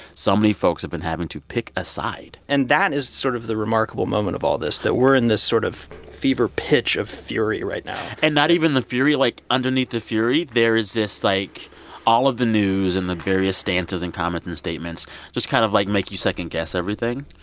so many folks have been having to pick a side and that is sort of the remarkable moment of all this that we're in this sort of fever pitch of fury right now and not even the fury. like, underneath the fury, there is this, like all of the news and the various stances and comments and statements just kind of, like, make you second-guess everything.